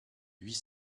huit